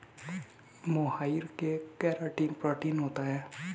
मोहाइर में keratin protein होता है